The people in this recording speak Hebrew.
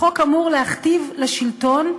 החוק אמור להכתיב לשלטון,